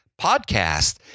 podcast